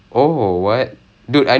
ah அவங்களோடே:avngalodae